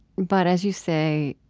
but as you say,